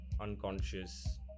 unconscious